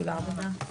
תודה רבה.